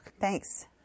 Thanks